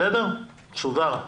הוא מסודר.